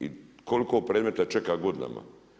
I koliko predmeta čeka godinama.